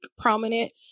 prominent